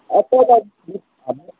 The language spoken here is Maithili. एतहु